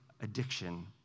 addiction